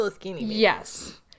yes